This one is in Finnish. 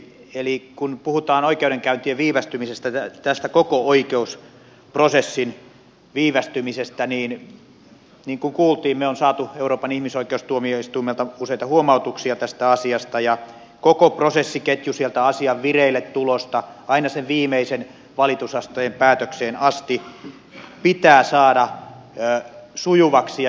eli kun puhutaan oikeudenkäyntien viivästymisestä tästä koko oikeusprosessin viivästymisestä ja kuten kuulimme me olemme saaneet euroopan ihmisoikeustuomioistuimelta useita huomautuksia tästä asiasta koko prosessiketju sieltä asian vireilletulosta aina sen viimeisen valitusasteen päätökseen asti pitää saada sujuvaksi ja joustavaksi